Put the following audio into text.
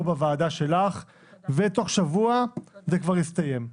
בוועדה שלך ותוך שבוע זה כבר הסתיים.